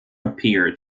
appear